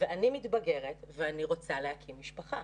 ואני מתבגרת ואני רוצה להקים משפחה?